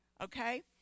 Okay